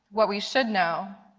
what we should know,